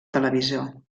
televisor